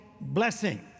blessing